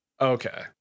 Okay